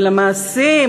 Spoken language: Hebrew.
אבל המעשים,